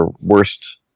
worst